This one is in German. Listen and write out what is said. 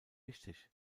wichtig